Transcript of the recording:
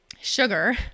sugar